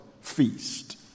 feast